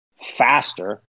faster